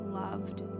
loved